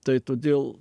tai todėl